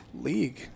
league